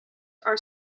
are